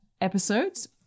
episodes